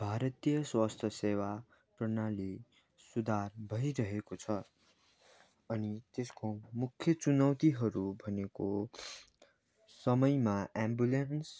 भारतीय स्वास्थ्य सेवा प्रणाली सुधार भइरहेको छ अनि त्यसको मुख्य चुनौतीहरू भनेको समयमा एम्बुलेन्स